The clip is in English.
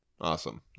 Awesome